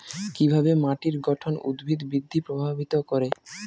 কিভাবে মাটির গঠন উদ্ভিদ বৃদ্ধি প্রভাবিত করে?